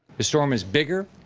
the storm is bigger,